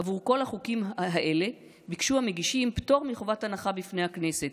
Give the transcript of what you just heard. עבור כל החוקים האלה ביקשו המגישים פטור מחובת הנחה בפני הכנסת,